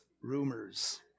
rumors